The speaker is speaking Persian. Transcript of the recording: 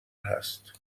هست